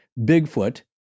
Bigfoot